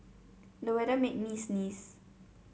the weather made me sneeze